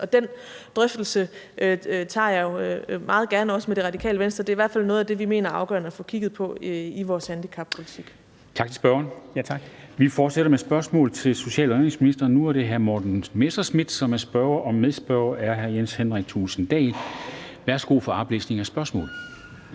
Den drøftelse tager jeg meget gerne, også med Det Radikale Venstre – det er i hvert fald noget af det, vi mener er afgørende at få kigget på i vores handicappolitik. Kl. 13:58 Formanden (Henrik Dam Kristensen): Tak til spørgeren. Vi fortsætter med spørgsmål til social- og indenrigsministeren. Nu er det hr. Morten Messerschmidt, som er spørger, og medspørger er hr. Jens Henrik Thulesen Dahl. Kl. 13:58 Spm.